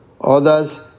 Others